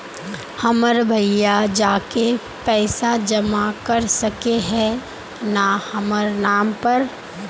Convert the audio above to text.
हमर भैया जाके पैसा जमा कर सके है न हमर नाम पर?